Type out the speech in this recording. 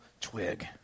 twig